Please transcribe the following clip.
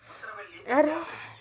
ఈ రోజు పత్తి పంట యొక్క ధర ఎంత ఉంది?